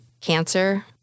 cancer